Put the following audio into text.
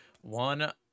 one